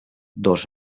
dos